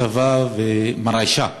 כתבה מרעישה: